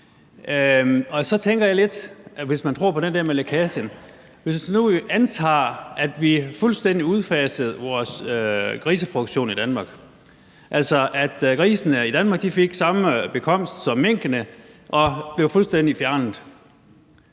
i Danmark, og hvis vi nu antager, at vi fuldstændig udfasede vores griseproduktion i Danmark, altså at grisene i Danmark fik samme bekomst som minkene og blev fuldstændig fjernet,